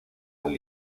del